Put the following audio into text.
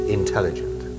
intelligent